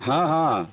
ହଁ ହଁ